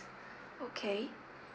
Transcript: okay